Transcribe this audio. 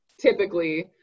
typically